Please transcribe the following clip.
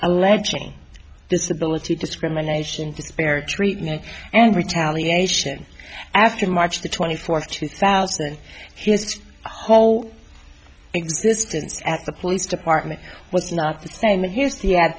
alleging disability discrimination disparate treatment and retaliation after march the twenty fourth two thousand his whole existence at the police department was not the same and here's the ad